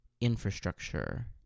infrastructure